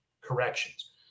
corrections